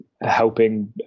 helping